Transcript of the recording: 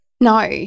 no